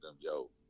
Yo